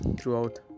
throughout